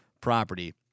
property